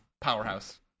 Powerhouse